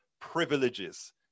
privileges